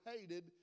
hated